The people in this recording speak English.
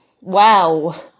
wow